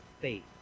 faith